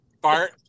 Bart